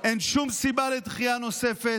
אין שום סיבה לדחייה נוספת.